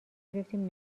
گرفتیم